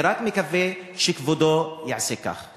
אני רק מקווה שכבודו יעשה כך.